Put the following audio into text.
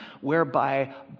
whereby